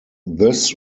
this